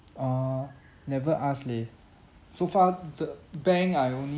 err never ask leh so far the bank I only